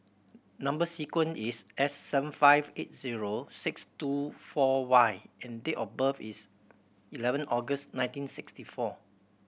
number sequence is S seven five eight zero six two four Y and date of birth is eleven August nineteen sixty four